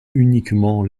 uniquement